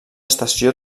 estació